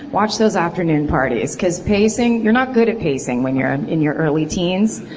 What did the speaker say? watch those afternoon parties. because pacing, you're not good at pacing when you're and in your early teens.